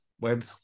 web